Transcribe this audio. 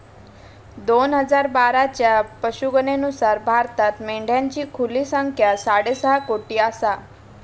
दोन हजार बाराच्या पशुगणनेनुसार भारतात मेंढ्यांची खुली संख्या साडेसहा कोटी आसा